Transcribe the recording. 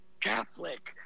Catholic